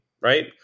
right